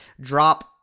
drop